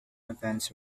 events